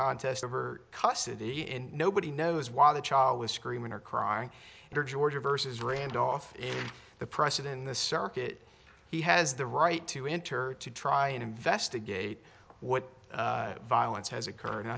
contest over custody in nobody knows why the child was screaming or crying or georgia versus randolph the precedent in the circuit he has the right to enter to try and investigate what violence has occurred